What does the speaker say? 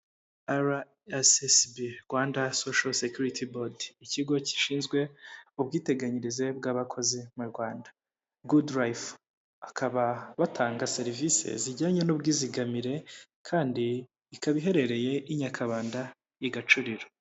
RSSB Rwanda Social Security Board. Ikigo gishinzwe ubwiteganyirize bw'abakozi, mu Rwanda. Goodlife akaba batanga serivise zijyanye n'ubwizigamire, kandi ikaba iherereye i Nyakabanda i Gacuriro.